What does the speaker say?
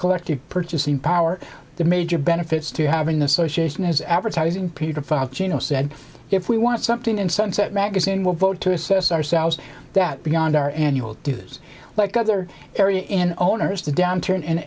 collective purchasing power the major benefits to having the association as advertising putrified gino said if we want something in sunset magazine will vote to assess ourselves that beyond our annual dues like other areas in owners the downturn and